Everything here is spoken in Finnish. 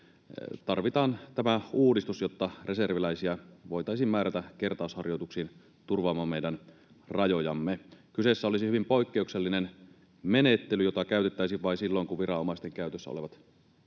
tarvitaan tämä uudistus, jotta reserviläisiä voitaisiin määrätä kertausharjoituksiin turvaamaan meidän rajojamme. Kyseessä olisi hyvin poikkeuksellinen menettely, jota käytettäisiin vain silloin, kun viranomaisten käytössä olevat resurssit